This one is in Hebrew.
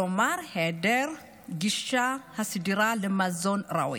כלומר היעדר גישה סדירה למזון ראוי.